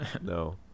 No